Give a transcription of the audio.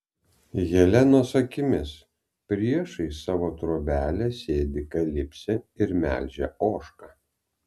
helenos akimis priešais savo trobelę sėdi kalipsė ir melžia ožką